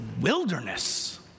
wilderness